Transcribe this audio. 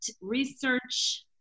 research